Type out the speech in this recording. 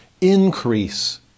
increase